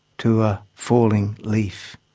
to a falling leaf.